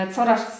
Coraz